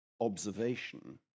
observation